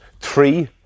three